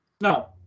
No